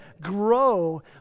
grow